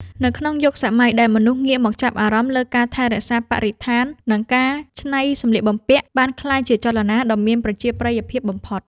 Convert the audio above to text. នៅក្នុងយុគសម័យដែលមនុស្សងាកមកចាប់អារម្មណ៍លើការថែរក្សាបរិស្ថាន ការកែច្នៃសម្លៀកបំពាក់បានក្លាយជាចលនាដ៏មានប្រជាប្រិយភាពបំផុត។